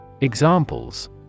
Examples